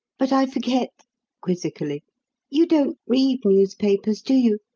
but i forget quizzically you don't read newspapers, do you,